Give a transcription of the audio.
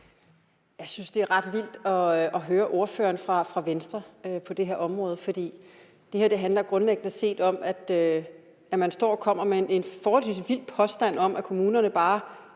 Jeg synes, det er ret vildt at høre Venstres ordfører på det her område. For det her handler grundlæggende set om, at man står og kommer med en forholdsvis vild påstand om, at kommunerne bare